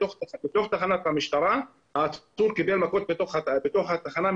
בתוך תחנת המשטרה העצור קיבל מכות מהשוטרים.